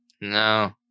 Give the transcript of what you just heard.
No